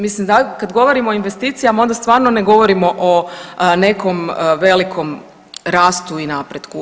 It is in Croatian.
Mislim kad govorimo o investicijama onda stvarno ne govorimo o nekom velikom rastu i napretku.